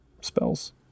spells